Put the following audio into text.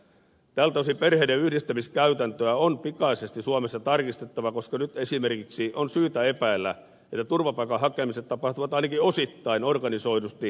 tältä osin perheiden yhdistämiskäytäntöä on pikaisesti suomessa tarkistettava koska nyt esimerkiksi on syytä epäillä että turvapaikan hakemiset tapahtuvat ainakin osittain organisoidusti järjestäjien kautta